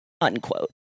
unquote